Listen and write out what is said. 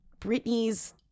Britney's